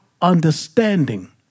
understanding